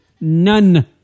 None